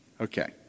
Okay